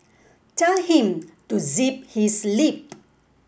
tell him to zip his lip